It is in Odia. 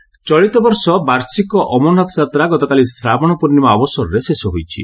ଅମନାଥ ଯାତ୍ରା ଚଳିତବର୍ଷର ବାର୍ଷିକ ଅମରନାଥଯାତ୍ରା ଗତକାଲି ଶ୍ରାବଣ ପୂର୍ଣ୍ଣିମା ଅବସରରେ ଶେଷ ହୋଇଛି